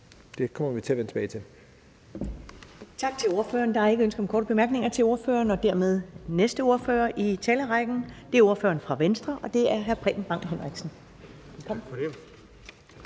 næstformand (Karen Ellemann): Tak til ordføreren. Der er ikke ønske om korte bemærkninger til ordføreren, og dermed går vi til næste ordfører i talerrækken. Det er ordføreren fra Venstre, hr. Preben Bang Henriksen.